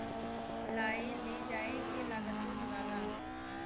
लाए ले जाए के लागतो जुड़ाला